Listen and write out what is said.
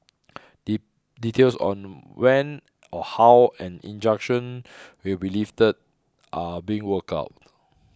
D details on when or how an injunction will be lifted are being worked out